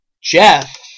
Jeff